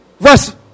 Verse